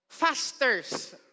fasters